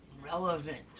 relevant